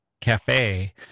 cafe